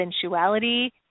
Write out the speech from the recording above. sensuality